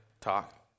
talk